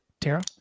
Tara